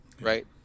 Right